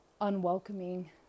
unwelcoming